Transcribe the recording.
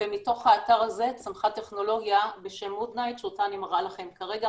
ומתוך האתר הזה צמחה טכנולוגיה בשם MOODNIGHT שאותה אני מראה לכם כרגע.